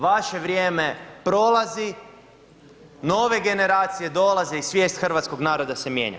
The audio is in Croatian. Vaše vrijeme prolazi, nove generacije dolaze i svijest hrvatskog naroda se mijenja.